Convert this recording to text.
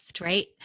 right